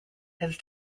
his